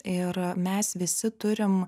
ir mes visi turim